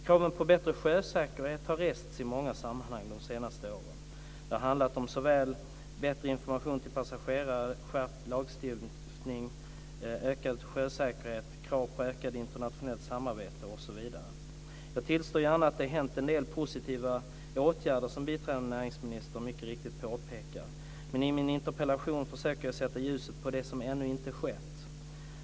Kraven på bättre sjösäkerhet har rests i många sammanhang de senaste åren. Det har handlat om såväl bättre information till passagerare som skärpt lagstiftning, ökad sjösäkerhet, krav på ökat internationellt samarbete osv. Jag tillstår gärna att det har vidtagits en del positiva åtgärder, som biträdande näringsministern mycket riktigt påpekar. Men i min interpellation försöker jag sätta ljuset på det som ännu inte skett.